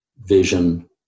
vision